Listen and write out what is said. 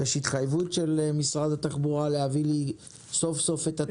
יש התחייבות של משרד התחבורה להביא לי סוף סוף את התקנה הזאת.